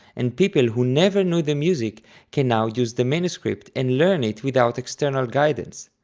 and people who never knew the music can now use the manuscript and learn it without external guidance.